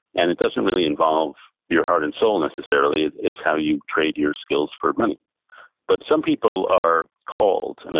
and it doesn't really involve your heart and soul, necessarily, it's how you trade your skills for money but some people are called, and